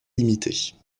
limitées